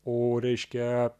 o reiškia